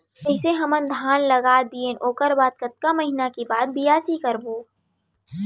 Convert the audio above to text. जइसे हमन धान लगा दिएन ओकर बाद कतका महिना के बाद बियासी करबो?